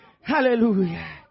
Hallelujah